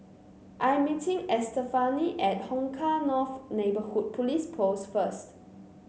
I'm meeting Estefany at Hong Kah North Neighbourhood Police Post first